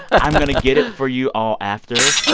i'm going to get it for you all after.